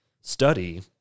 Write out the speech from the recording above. study